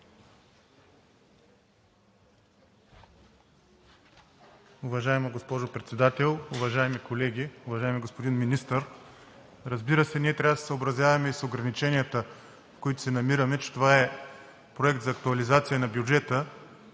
Уважаема госпожо Председател, уважаеми колеги! Уважаеми господин Министър, разбира се, ние трябва да се съобразяваме и с ограниченията, в които се намираме, че това е Проект за актуализация на бюджета.